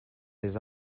his